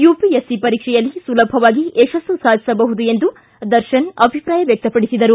UPSC ಪರೀಕ್ಷೆಯಲ್ಲಿ ಸುಲಭವಾಗಿ ಯಶಸ್ಸು ಸಾಧಿಸಬಹುದು ಎಂದು ದರ್ಶನ ಅಭಿಪ್ರಾಯ ವ್ಯಕ್ತಪಡಿಸಿದರು